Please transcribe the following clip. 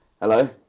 Hello